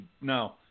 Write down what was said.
no